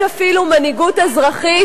יש אפילו מנהיגות אזרחית,